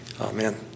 Amen